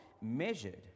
measured